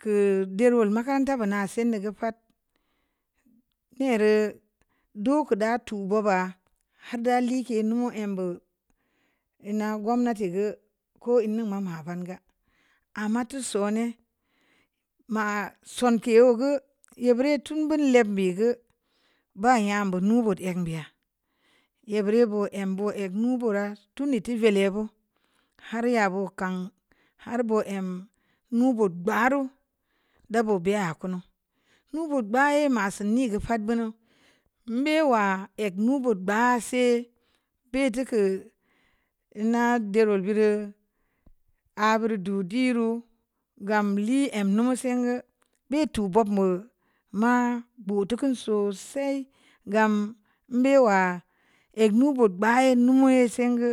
kə durə makaranta buna siin dō gə pa'at əm dēreu dəku da tu bōo ba har da like' numu em bu nna gomnati gə ko ēē nan mama vanga ama tu sone' ma sonkē gə ye bireu tu buni lēmbi gə ba yanka budu nyem bi'a ye bireu bō əm ba əm mu burə tuni tini vē le' bu har ya bu kang har bō əm nu bu'uk ba'a reu dabu bē'a kunu mōō bud ba ē ma sinii gə pa'at bunu mbē wa ēg bunu ba sē bē tuku na'a dureu bireu əə buru da di'ē reu gam le' am nu sengə bē tō bob mōo ma bətuku'ō sosai gam mbē wa əm nu bōog ba'a' sēngə.